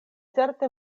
certe